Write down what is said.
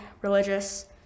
religious